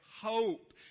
hope